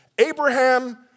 Abraham